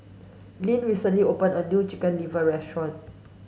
Lynn recently opened a new chicken liver restaurant